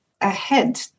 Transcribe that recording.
ahead